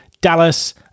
Dallas